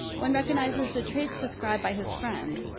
one recognizes the traits described by his friend,